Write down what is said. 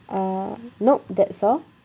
ah nope that's all